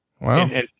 Wow